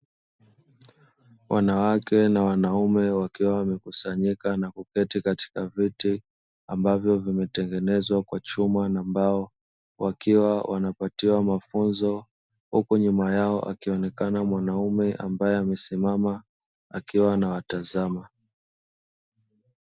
Wanawake na wanaume wakiwa wamekusanyika na kuketi katika viti, ambavyo vimetengenezwa kwa chuma na mbao wakiwa wanapatiwa mafunzo huku nyuma yao, akionekana mwanaume ambaye amesimama akiwa anawatazama.